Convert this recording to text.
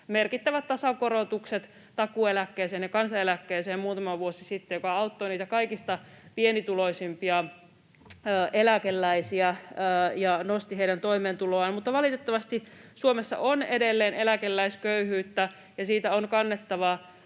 merkittävät tasokorotukset takuueläkkeeseen ja kansaneläkkeeseen muutama vuosi sitten, mikä auttoi kaikista pienituloisimpia eläkeläisiä ja nosti heidän toimeentuloaan. Mutta valitettavasti Suomessa on edelleen eläkeläisköyhyyttä, ja siitä on kannettava